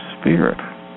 spirit